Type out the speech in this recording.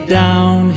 down